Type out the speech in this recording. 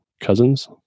cousins